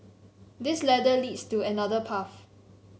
this ladder leads to another path